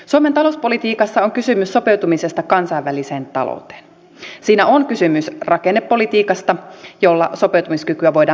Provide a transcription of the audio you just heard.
suomen talouspolitiikassa on kysymys sopeutumisesta kansainväliseen talouteen siinä on kysymys rakennepolitiikasta jolla sopeutumiskykyä voidaan parantaa